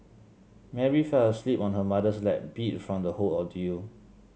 Mary fell asleep on her mother's lap beat from the whole ordeal